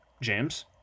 James